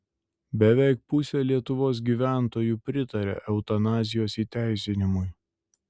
beveik pusė lietuvos gyventojų pritaria eutanazijos įteisinimui